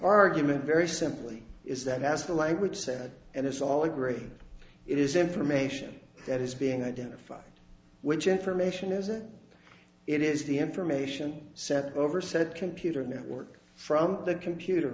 argument very simply is that as the language said and it's all agree it is information that is being identified which information isn't it is the information set over set computer network from the computer